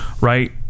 right